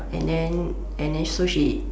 and then and then so she